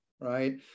right